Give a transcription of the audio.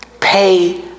Pay